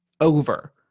over